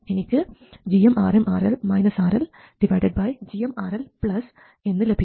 എനിക്ക് gmRmRL RLgmRL1എന്ന് ലഭിക്കുന്നു